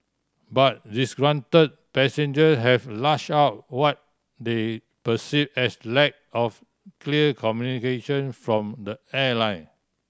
but disgruntle passenger have lash out what they perceive as lack of clear communication from the airline